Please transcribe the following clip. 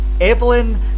Evelyn